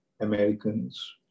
Americans